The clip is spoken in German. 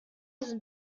sind